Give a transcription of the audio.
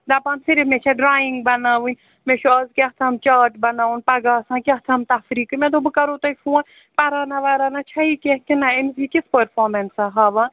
دَپان صرف مےٚ چھےٚ ڈرٛایِنٛگ بَناوٕنۍ مےٚ چھُ اَز کیٛاہ تام چارٹ بَناوُن پگاہ آسان کیاہ تھام تفریٖقہٕ مےٚ دوٚپ بہٕ کَرو تۄہہِ فون پرانا وَرانا چھا یہِ کینٛہہ کنہِ نہ یہِ کِژھ پٔرفارمنس ہاوان